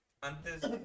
antes